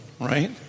right